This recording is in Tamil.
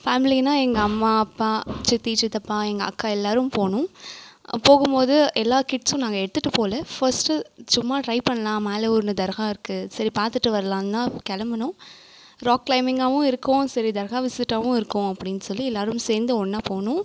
ஃபேமிலினால் எங்கள் அம்மா அப்பா சித்தி சித்தப்பா எங்கள் அக்கா எல்லாரும் போனோம் போகும்போது எல்லா கிட்ஸும் நாங்கள் எடுத்துகிட்டு போகல ஃபர்ஸ்ட்டு சும்மா ட்ரை பண்ணலாம் மேலே ஒன்று தர்கா இருக்குது சரி பார்த்துட்டு வரலான் தான் கிளம்புனோம் ராக் கிளைபிங்காகவும் இருக்கும் சரி தர்கா விசிட்டாகவும் இருக்கும் அப்படின் சொல்லி எல்லாரும் சேர்ந்து ஒன்றா போனோம்